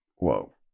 Whoa